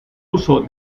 uso